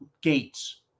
gates